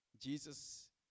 Jesus